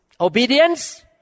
Obedience